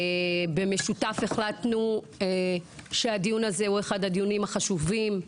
אנחנו החלטנו יחד שהדיון הזה הוא אחד הדיונים החשובים.